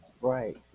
Right